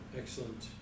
excellent